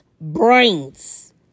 brains